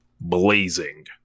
blazing